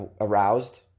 aroused